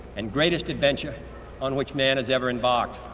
and greatest adventure on which man has ever embarked.